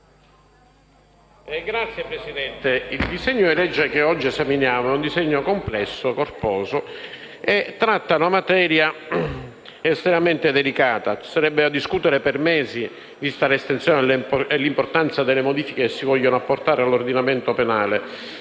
Signor Presidente, il disegno di legge che oggi esaminiamo è complesso, corposo e tratta una materia estremamente delicata. Ci sarebbe da discutere per mesi vista l'estensione e l'importanza delle modifiche che si vogliono apportare all'ordinamento penale.